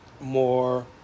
more